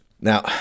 Now